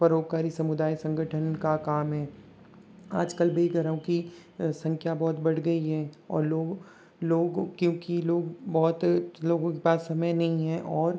परोपकारी समुदाय संगठन का काम है आज कल बेघरों की संख्या बहुत बढ़ गई है और लोग लोगों क्योंकि लोग बहुत लोगों के पास समय नहीं है और